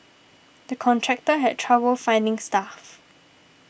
the contractor had trouble finding staff